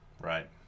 Right